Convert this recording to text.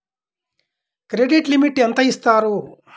Credit limit ఎంత ఇస్తారు?